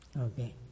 Okay